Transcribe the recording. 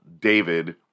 David